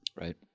Right